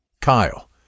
Kyle